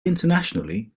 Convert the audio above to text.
internationally